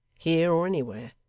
here or anywhere.